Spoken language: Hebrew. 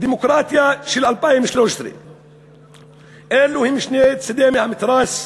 דמוקרטיה של 2013. אלו הם שני צדי המתרס,